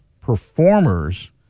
performers